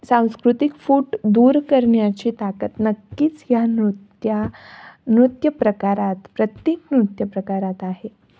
सांस्कृतिक फूट दूर करण्याची ताकत नक्कीच ह्या नृत्या नृत्य प्रकारात प्रत्येक नृत्य प्रकारात आहे